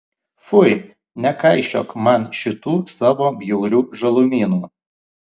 fui nekaišiok man šitų savo bjaurių žalumynų